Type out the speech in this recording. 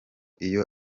iyo